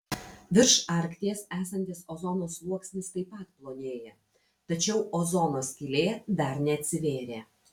virš arkties esantis ozono sluoksnis taip pat plonėja tačiau ozono skylė dar neatsivėrė